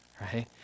right